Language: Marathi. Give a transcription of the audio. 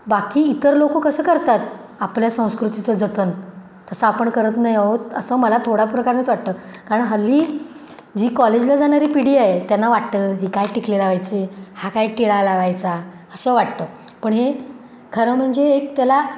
बाकी इतर लोक कसं करतात आपल्या संस्कृतीचं जतन तसं आपण करत नाही आहोत असं मला थोडा प्रकारानंच वाटतं कारण हल्ली जी कॉलेजला जाणारी पिढी आहे त्यांना वाटतं ही काय टिकली लावायची हा काय टिळा लावायचा असं वाटतं पण हे खरं म्हणजे एक त्याला